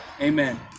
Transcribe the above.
Amen